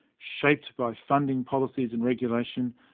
shaped by funding policies and regulation,